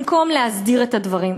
במקום להסדיר את הדברים,